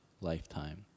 lifetime